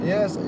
Yes